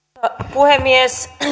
puhemies